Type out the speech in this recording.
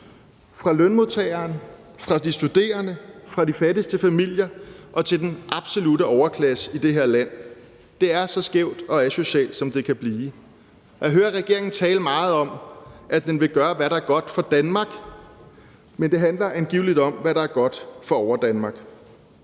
fra lønmodtagerne, fra de studerende og fra de fattigste familier til den absolutte overklasse i det her land. Det er så skævt og asocialt, som det kan blive. Jeg hører regeringen tale meget om, at den vil gøre, hvad der er godt for Danmark, men det handler angiveligt om, hvad der er godt for Overdanmark.